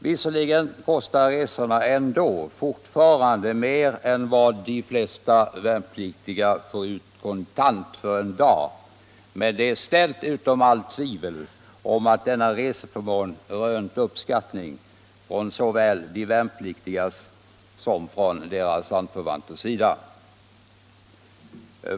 Visserligen kostar resorna fortfarande mer än vad de flesta värnpliktiga får ut kontant för en dag, men det är ställt utom allt tvivel att denna reseförmån rönt uppskattning från såväl de värnpliktigas som deras anförvanters sida.